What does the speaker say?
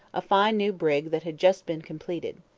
a fine new brig that had just been completed.